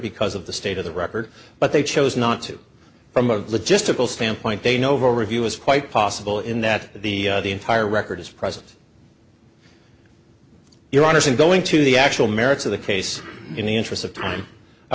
because of the state of the record but they chose not to from a logistical standpoint de novo review is quite possible in that the the entire record is present your honors and going to the actual merits of the case in the interest of time i